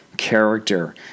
character